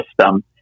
system